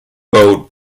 boat